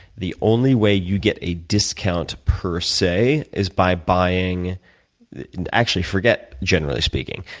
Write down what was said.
the only way you get a discount per se is by buying actually, forget generally speaking.